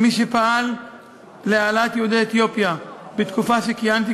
כמי שפעל להעלאת יהודי אתיופיה בתקופה שכיהנתי